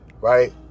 right